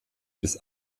bis